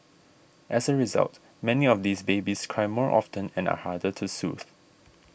as a result many of these babies cry more often and are harder to soothe